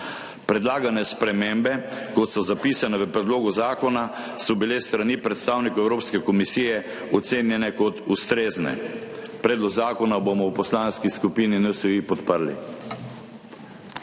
Predlagane spremembe, kot so zapisane v predlogu zakona, so bile s strani predstavnikov Evropske komisije ocenjene kot ustrezne. Predlog zakona bomo v Poslanski skupini NSi podprli.